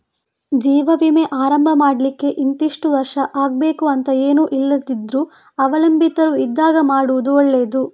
ಜೀವ ವಿಮೆ ಆರಂಭ ಮಾಡ್ಲಿಕ್ಕೆ ಇಂತಿಷ್ಟು ವರ್ಷ ಆಗ್ಬೇಕು ಅಂತ ಏನೂ ಇಲ್ದಿದ್ರೂ ಅವಲಂಬಿತರು ಇದ್ದಾಗ ಮಾಡುದು ಒಳ್ಳೆದು